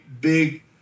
big